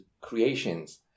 creations